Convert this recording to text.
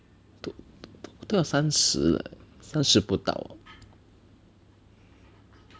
不到三十 eh 三十不到